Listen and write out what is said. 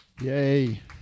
Yay